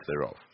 thereof